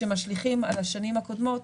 שמשליכים על השנים הקודמות,